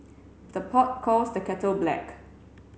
the pot calls the kettle black